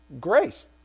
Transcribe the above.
Grace